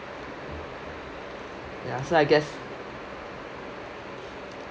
ya so I guess